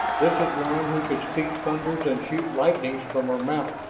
this is one who can speak thunders, and shoot lightnings from her mouth,